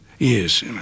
Yes